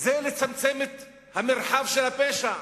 זה לצמצם את המרחב של הפשע,